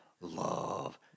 love